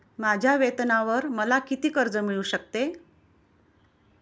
माझ्या वेतनावर मला किती कर्ज मिळू शकते?